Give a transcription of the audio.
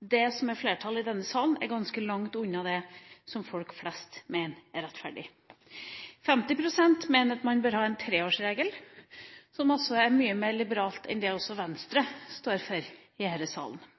det som er flertallet i denne salen, er ganske langt unna det som folk flest mener er rettferdig. 50 pst. mener at man bør ha en treårsregel, noe som også er mye mer liberalt enn det som Venstre står for i